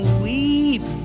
weep